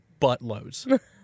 Buttloads